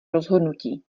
rozhodnutí